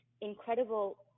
incredible